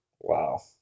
Wow